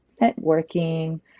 networking